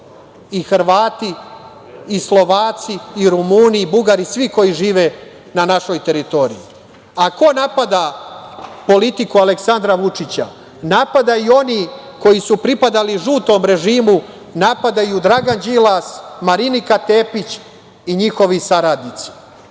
i Hrvati i Slovaci i Rumuni i Bugari i svi koji žive na našoj teritoriji.A ko napada politiku Aleksandra Vučića? Napadaju oni koji su pripadali žutom režimu, napadaju Dragan Đilas, Marinika Tepić i njihovi saradnici. Ja